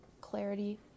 clarity